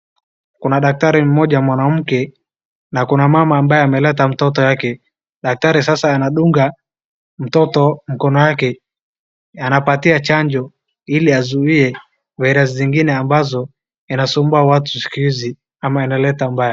Kuna daktari mmoja mwanamke na kuna mama ambaye ameleta mtoto yake. Daktari sasa anadunga mtoto mkono yake, anapatia chanjo ili azuie virus zingine ambazo inasubua watu siku hizi ama inaleta baya.